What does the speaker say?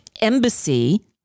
embassy